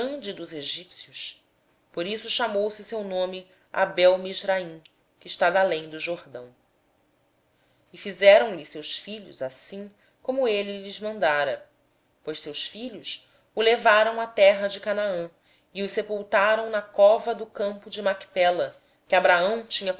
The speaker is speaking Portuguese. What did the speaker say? dos egípcios pelo que o lugar foi chamado abel mizraim o qual está além do jordão assim os filhos de jacó lhe fizeram como ele lhes ordenara pois o levaram para a terra de canaã e o sepultaram na cova do campo de macpela que abraão tinha